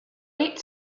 eight